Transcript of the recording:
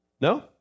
No